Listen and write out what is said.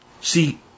See